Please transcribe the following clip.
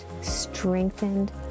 strengthened